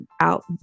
out